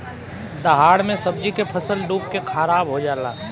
दहाड़ मे सब्जी के फसल डूब के खाराब हो जला